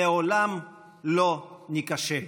לעולם לא ניכשל.